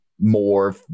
more